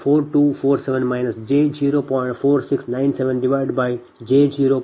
4247 j0